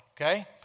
okay